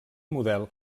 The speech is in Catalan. model